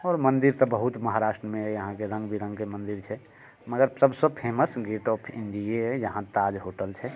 आओर मंदिर तऽ बहुत महाराष्ट्रमे यऽ अहाँकेँ रङ्ग विरङ्गके मंदिर छै मगर सबसँ फेमस गेट ऑफ इण्डिये यऽ यहाँ ताज होटल छै